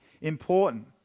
important